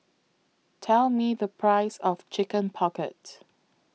Tell Me The Price of Chicken Pocket